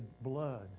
blood